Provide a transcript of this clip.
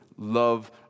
Love